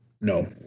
No